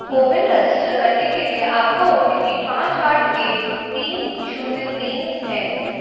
CoWIN register करने के लिए आपका ओ टी पी पाँच आठ एक तीन शून्य तीन है